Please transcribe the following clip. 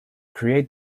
create